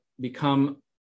become